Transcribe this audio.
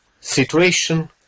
situation